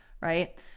right